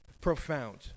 Profound